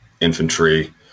infantry